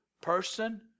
person